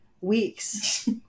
weeks